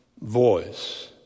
voice